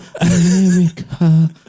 America